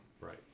right